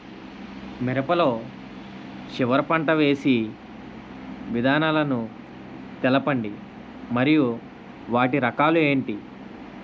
మిరప లో చివర పంట వేసి విధానాలను తెలపండి మరియు వాటి రకాలు ఏంటి